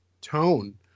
tone